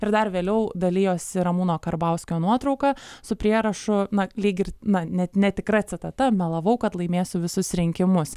ir dar vėliau dalijosi ramūno karbauskio nuotrauka su prierašu na lyg ir na net netikra citata melavau kad laimėsiu visus rinkimus